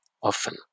often